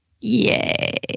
Yay